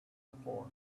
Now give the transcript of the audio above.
before